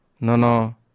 nono